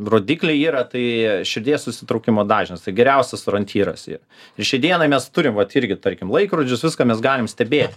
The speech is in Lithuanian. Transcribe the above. rodikliai yra tai širdies susitraukimo dažnis tai geriausias orientyras yra ir šiai dienai mes turim vat irgi tarkim laikrodžius viską mes galim stebėti